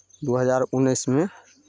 दू हजार उन्नैसमे